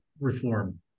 reform